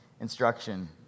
instruction